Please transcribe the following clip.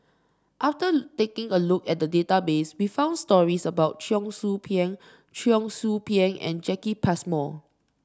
after taking a look at the database we found stories about Cheong Soo Pieng Cheong Soo Pieng and Jacki Passmore